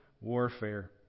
warfare